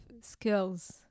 skills